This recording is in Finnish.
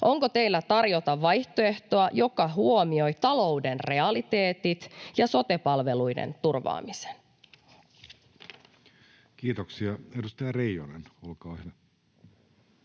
Onko teillä tarjota vaihtoehtoa, joka huomioi talouden realiteetit ja sote-palveluiden turvaamisen? Kiitoksia. — Edustaja Reijonen, olkaa hyvä.